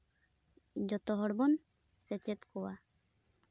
ᱡᱚᱛᱚ ᱦᱚᱲᱵᱚᱱ ᱥᱮᱪᱮᱫ ᱠᱚᱣᱟ